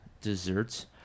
Desserts